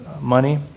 money